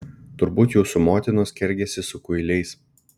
turbūt jūsų motinos kergėsi su kuiliais